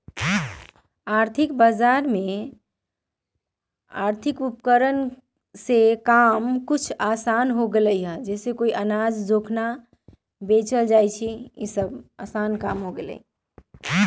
आर्थिक बजार में आर्थिक उपकरण सभ के असानि से किनल बेचल जाइ छइ